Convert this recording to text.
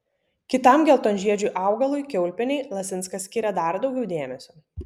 kitam geltonžiedžiui augalui kiaulpienei lasinskas skiria dar daugiau dėmesio